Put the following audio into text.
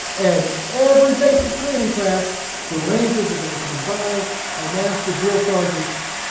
and every basic training class, the rangers are gonna come by and ask the drill sergeants,